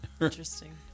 Interesting